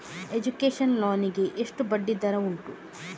Education loan ಗೆ ಎಷ್ಟು ಬಡ್ಡಿ ದರ ಉಂಟು?